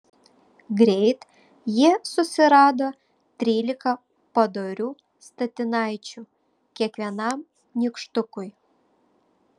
greit jie susirado trylika padorių statinaičių kiekvienam nykštukui